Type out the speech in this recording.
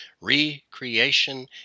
re-creation